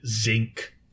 zinc